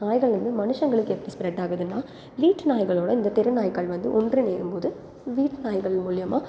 நாய்களில் இருந்து மனுஷங்களுக்கு எப்படி ஸ்ப்ரெட் ஆகுதுன்னா வீட்டு நாய்களோடு இந்தத் தெரு நாய்கள் வந்து ஒன்றிணையும் போது வீட்டு நாய்கள் மூலிமா